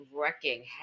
wrecking